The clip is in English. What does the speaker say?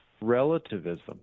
relativism